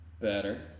Better